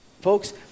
Folks